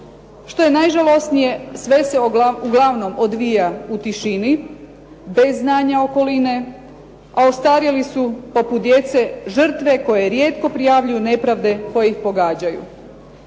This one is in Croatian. Što je najžalosnije, sve se uglavnom odvija u tišini, bez znanja okoline, a ostarjeli su poput djece žrtve koje rijetko prijavljuju nepravde koje ih pogađaju.